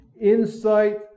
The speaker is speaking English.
insight